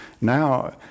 now